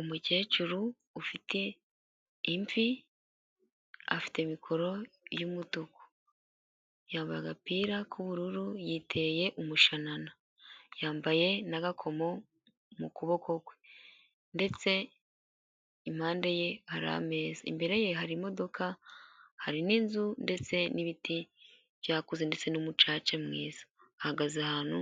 Umukecuru ufite imvi afite mikoro yumutuku, yambaye agapira k'ubururu yiteye umushanana. Yambaye na gakomo mu kuboko kwe ndetse impande ye hari ameza. Imbere ye hari imodoka hari n'inzu ndetse n'ibiti byakuze ndetse n'umucaca mwiza. Ahagaze ahantu